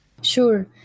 Sure